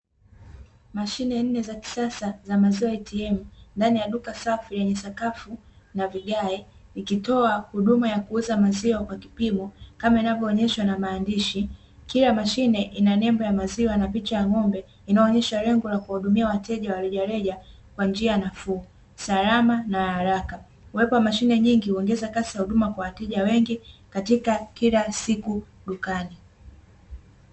Mashine nne za kisasa za maziwa "ATM" ndani ya duka safi lenye sakafu na vigae, ikitoa huduma ya kuuza maziwa kwa kipimo kama inavyoonyeshwa na maandishi, kila mashine ina nembo ya maziwa na picha ya ng'ombe inayonyesha lengo la kuwahudumia wateja wa rejareja kwa njia nafuu, salama na haraka, kuwekwa mashine nyingi huongeza kasi ya huduma kwa wateja wengi katika kila siku dukani.